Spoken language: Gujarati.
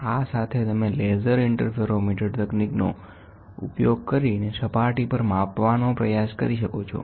આ સાથે તમે લેસર ઇન્ટરફેરોમીટર તકનીકોનો ઉપયોગ કરીને સપાટી પર માપવાનો પ્રયાસ કરી શકો છો